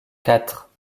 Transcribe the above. quatre